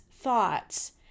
thoughts